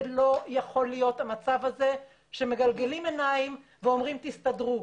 זה לא יכול להיות המצב הזה שמגלגלים עיניים ואומרים תסתדרו.